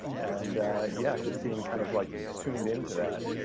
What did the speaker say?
and yeah, just being kind of like tuned into that.